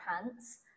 pants